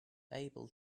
able